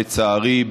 לצערי,